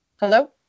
hello